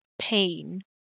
pain